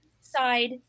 side